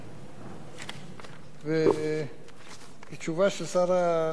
זו תשובה של שר התחבורה והבטיחות בדרכים.